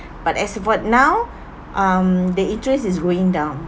but as of what now um the interest is going down